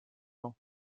ans